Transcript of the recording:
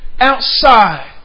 outside